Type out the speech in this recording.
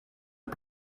een